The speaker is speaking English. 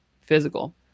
physical